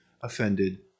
offended